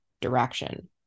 direction